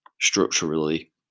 structurally